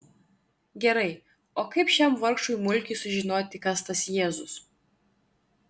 gerai o kaip šiam vargšui mulkiui sužinoti kas tas jėzus